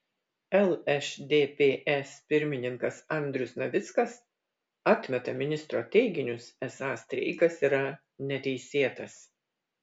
lšdps pirmininkas andrius navickas atmeta ministro teiginius esą streikas yra neteisėtas